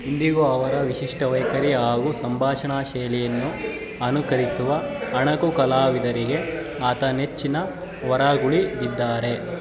ಇಂದಿಗೂ ಅವರ ವಿಶಿಷ್ಟ ವೈಖರಿ ಹಾಗೂ ಸಂಭಾಷಣಾ ಶೈಲಿಯನ್ನು ಅನುಕರಿಸುವ ಅಣಕು ಕಲಾವಿದರಿಗೆ ಆತ ನೆಚ್ಚಿನ ವರಾಗುಳಿ ಇದ್ದಾರೆ